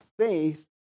faith